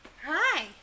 Hi